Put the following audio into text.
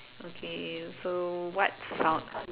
okay so what sound